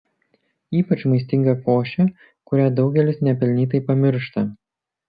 ypač maistinga košė kurią daugelis nepelnytai pamiršta